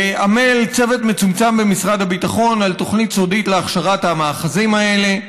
עמל צוות מצומצם במשרד הביטחון על תוכנית סודית להכשרת המאחזים האלה.